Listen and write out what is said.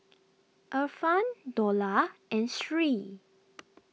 Irfan Dollah and Sri